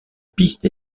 piste